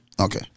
Okay